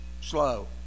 slow